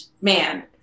man